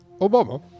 Obama